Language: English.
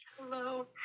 Hello